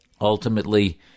ultimately